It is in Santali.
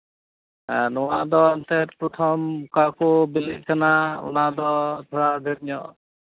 ᱱᱚᱣᱟᱫᱚ ᱮᱱᱛᱮᱜ ᱯᱨᱚᱛᱷᱚᱢ ᱚᱠᱟ ᱠᱚ ᱵᱤᱞᱤᱜ ᱠᱟᱱᱟ ᱚᱱᱟᱫᱚ ᱛᱷᱚᱲᱟ ᱰᱷᱮᱨ ᱧᱚᱜ